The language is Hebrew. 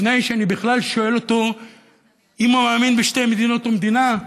לפני שאני בכלל שואל אותו אם הוא מאמין בשתי מדינות או מדינה,